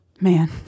Man